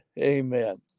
Amen